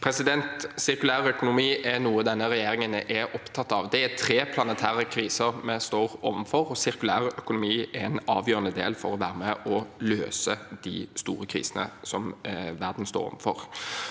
Sir- kulær økonomi er noe denne regjeringen er opptatt av. Det er tre planetære kriser vi står overfor, og sirkulær økonomi er en avgjørende del for å være med og løse de store krisene som verden står overfor.